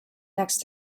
next